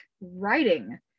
writing